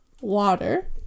water